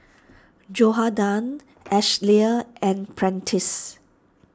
Johathan Ashlea and Prentiss